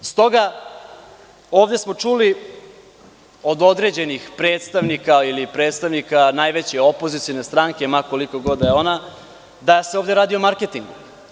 Čuli smo ovde od određenih predstavnika ili predstavnika najveće opozicione stranke, ma kolika god da je ona, da se ovde radi o merketingu.